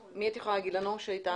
אתנו?